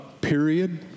period